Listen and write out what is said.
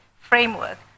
framework